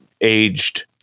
aged